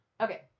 Okay